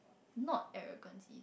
not arrogance